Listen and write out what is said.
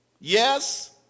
Yes